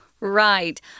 Right